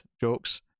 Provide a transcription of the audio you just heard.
jokes